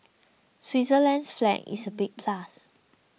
Switzerland's flag is a big plus